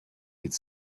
could